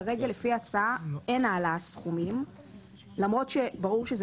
כרגע לפי ההצעה אין העלאת סכומים למרות שברור שזה